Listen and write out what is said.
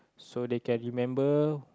so they can remember